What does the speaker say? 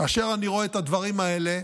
כאשר אני רואה את הדברים האלה,